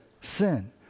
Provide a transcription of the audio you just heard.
sin